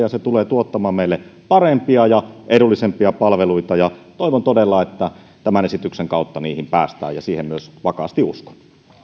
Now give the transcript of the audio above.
ja se tulee tuottamaan meille parempia ja edullisempia palveluita ja toivon todella että tämän esityksen kautta niihin päästään ja siihen myös vakaasti uskon